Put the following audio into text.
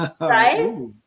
right